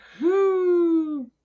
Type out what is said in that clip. Woo